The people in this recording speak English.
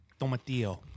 Tomatillo